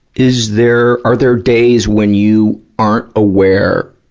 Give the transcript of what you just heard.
is there, are there days when you aren't aware